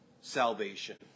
salvation